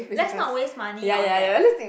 let's not waste money on that